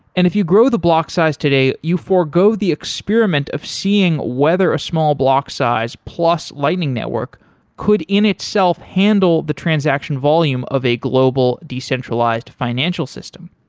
and if you grow the block size today, you forego the experiment of seeing whether a small block size, plus lightning network could in itself handle the transaction volume of a global decentralized financial system.